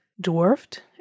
dwarfed